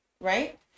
right